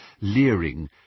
leering